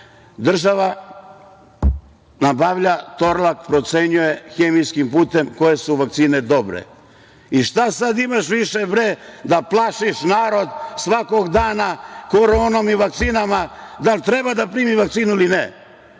Država nabavlja, Torlak procenjuje hemijskim putem koje su vakcine dobre. Šta imaš više, bre, da plašiš narod svakog dana koronom i vakcinama, da li treba da primi vakcinu ili ne?